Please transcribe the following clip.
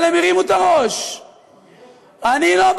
אבל הם הרימו את הראש.